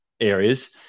areas